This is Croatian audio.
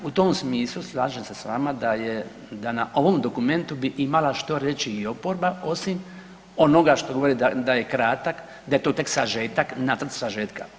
U tom smislu slažem se s vama da na ovom dokumentu bi imala što reći i oporba osim onoga što govore da je kratak, da je to tek sažetak, nacrt sažetka.